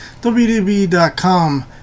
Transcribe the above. wdb.com